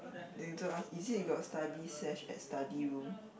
ask is it you got study sesh at study room